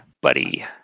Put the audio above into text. buddy